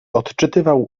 odczytywał